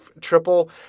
triple –